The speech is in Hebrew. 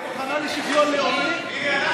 את מוכנה לשוויון לאומי?